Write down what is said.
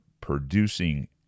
producing